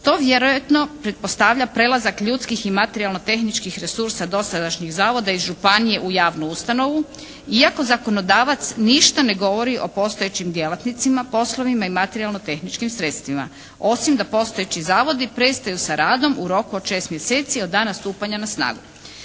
To vjerojatno pretpostavlja prelazak ljudskih i materijalno-tehničkih resursa dosadašnjih zavoda iz županije u javnu ustanovu iako zakonodavac ništa ne govori o postojećim djelatnicima, poslovima i materijalno-tehničkim sredstvima osim da postojeći zavodi prestaju sa radom u roku od šest mjeseci od dana stupanja na snagu.